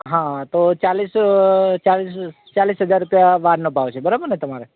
હા તો ચાળીસ અ ચાળીસ ચાળીસ હજાર રૂપિયા વારનો ભાવ છે બરાબર ને તમારે